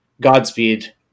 Godspeed